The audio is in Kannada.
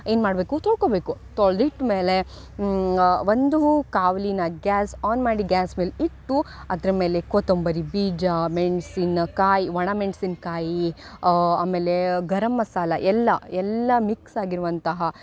ಏನು ಮಾಡಬೇಕು ತೊಳ್ಕೊಬೇಕು ತೊಳ್ದಿಟ್ಟು ಮೇಲೆ ಒಂದು ಕಾವ್ಲಿನ ಗ್ಯಾಸ್ ಆನ್ ಮಾಡಿ ಗ್ಯಾಸ್ ಮೇಲೆ ಇಟ್ಟು ಅದ್ರ ಮೇಲೆ ಕೊತ್ತಂಬರಿ ಬೀಜ ಮೆಣಸಿನಕಾಯಿ ಒಣ ಮೆಣಸಿನ್ಕಾಯಿ ಆಮೇಲೆ ಗರಮ್ ಮಸಾಲೆ ಎಲ್ಲ ಎಲ್ಲ ಮಿಕ್ಸ್ ಆಗಿರುವಂತಹ